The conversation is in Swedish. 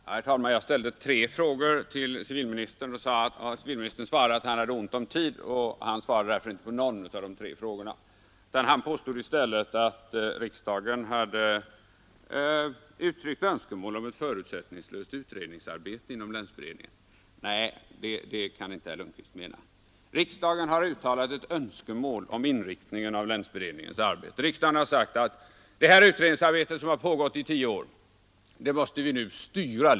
Herr talman! Jag ställde tre frågor till civilministern. Civilministern sade att han hade ont om tid, och han svarade därför inte på någon av de tre frågorna. Han påstod i stället att riksdagen hade uttryckt önskemål om ett förutsättningslöst utredningsarbete inom länsberedningen. Nej, det kan inte herr Lundkvist mena. Riksdagen har uttalat ett önskemål om inriktningen av länsberedningens arbete. Riksdagen har sagt att detta utredningsarbete, som pågått i tio år, nu måste styras.